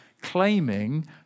claiming